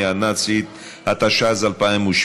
התשע"ז 2017,